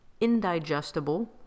indigestible